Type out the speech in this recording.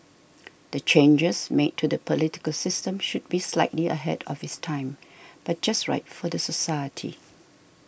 the changes made to the political system should be slightly ahead of its time but just right for the society